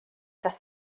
das